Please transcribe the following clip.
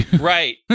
Right